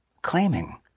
Claiming